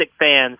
fans